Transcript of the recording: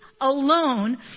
alone